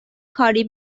کاری